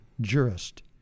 jurist